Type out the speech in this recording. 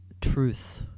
truth